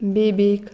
बेबीक